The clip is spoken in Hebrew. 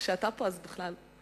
כשאתה פה, אז בכלל.